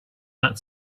that